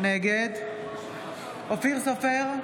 נגד אופיר סופר,